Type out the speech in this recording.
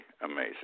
amazing